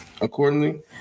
Accordingly